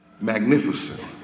magnificent